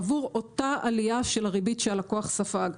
עבור אותה עלייה של ריבית שהלקוח ספג.